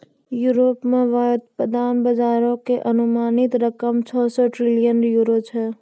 Europe मे व्युत्पादन बजारो के अनुमानित रकम छौ सौ ट्रिलियन यूरो छै